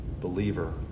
believer